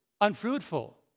Unfruitful